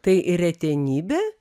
tai retenybė